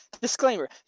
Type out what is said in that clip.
Disclaimer